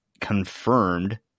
confirmed